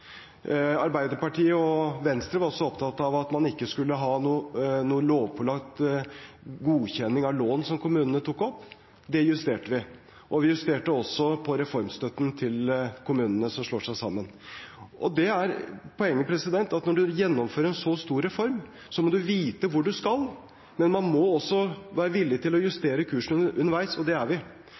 Arbeiderpartiet og Venstre var også opptatt av at man ikke skulle ha noen lovpålagt godkjenning av lån som kommunene tok opp. Det justerte vi. Og vi justerte også reformstøtten til kommuner som slår seg sammen. Det er poenget: Når man gjennomfører en så stor reform, må man vite hvor man skal. Men man må også være villig til å justere kursen underveis, og det er vi.